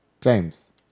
James